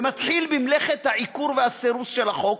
ומתחיל במלאכת העיקור והסירוס של החוק.